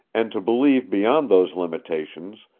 and to believe beyond those limitations,